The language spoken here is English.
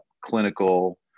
clinical